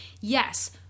yes